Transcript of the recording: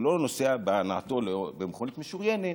הוא לא נוסע להנאתו במכונית משוריינת,